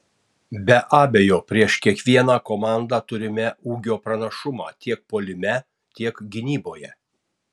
be abejo prieš kiekvieną komandą turime ūgio pranašumą tiek puolime tiek gynyboje